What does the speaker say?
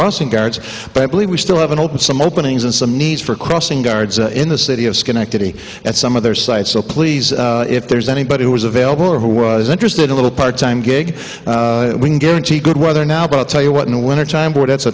crossing guards but i believe we still have an open some openings and some need for crossing guards in the city of schenectady at some of their sites so please if there's anybody who was available or who was interested a little part time gig we can guarantee good weather now but i'll tell you what in the wintertime